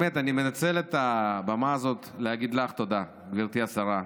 אני מנצל את הבמה הזאת להגיד לך תודה, גברתי השרה.